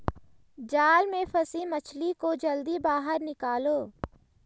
जाल में फसी मछली को जल्दी बाहर निकालो